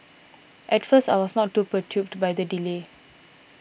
at first I was not too perturbed by the delay